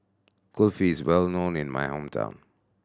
kulfi is well known in my hometown